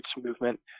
movement